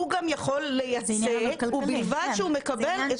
הוא גם יכול לייצא ובלבד שהוא מקבל את